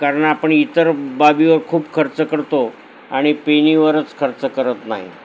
कारण आपण इतर बाबीवर खूप खर्च करतो आणि पेनीवरच खर्च करत नाही